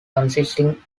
consisting